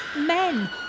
men